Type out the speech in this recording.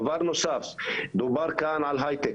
דבר נוסף, דובר כאן על הייטק,